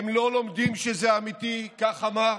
הם לא לומדים שזה אמיתי, כך אמר.